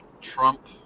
Trump